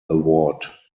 award